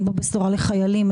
אין בה בשורה לחיילים,